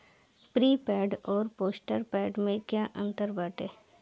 Prepaid अउर postpaid में का अंतर बाटे?